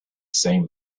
same